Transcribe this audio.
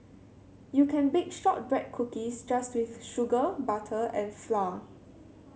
you can bake shortbread cookies just with sugar butter and flour